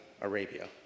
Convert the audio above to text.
Arabia